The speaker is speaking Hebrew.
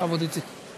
בכבוד, איציק.